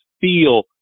feel